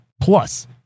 Plus